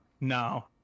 No